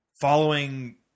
following